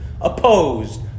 opposed